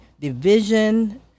Division